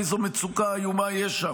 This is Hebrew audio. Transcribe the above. איזו מצוקה איומה יש שם.